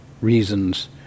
reasons